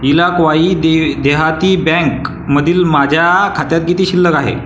इलाक्वाई दे देहाती बँकमधील माझ्या खात्यात किती शिल्लक आहे